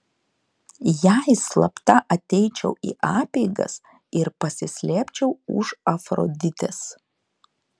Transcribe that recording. jei slapta ateičiau į apeigas ir pasislėpčiau už afroditės